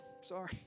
Sorry